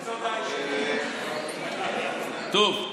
טוב.